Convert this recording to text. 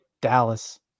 Dallas